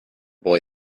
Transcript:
boy